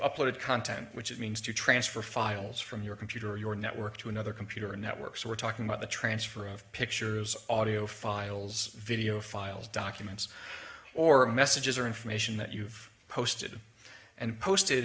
uploaded content which means to transfer files from your computer or your network to another computer network so we're talking about the transfer of pictures audio files video files documents or a messages or information that you've posted and posted